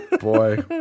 boy